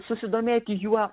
susidomėti juo